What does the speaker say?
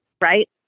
right